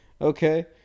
Okay